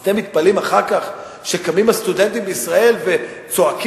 אז אתם מתפלאים אחר כך שקמים הסטודנטים בישראל וצועקים?